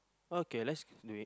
okay let's do it